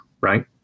right